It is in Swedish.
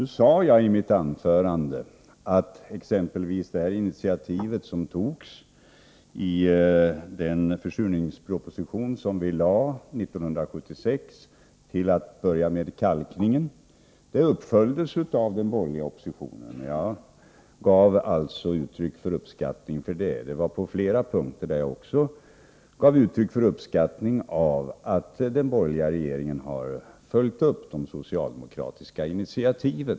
Jag sade förut i mitt anförande att exempelvis det initiativ som togs i försurningspropositionen som vi lade fram 1976, till att börja med beträffande kalkning, följdes upp av den borgerliga regeringen. Jag gav alltså uttryck för uppskattning för detta. Det var på flera punkter som jag gav uttryck för uppskattning av att den borgerliga regeringen har följt upp socialdemokratiska initiativ.